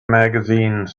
magazine